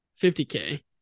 50k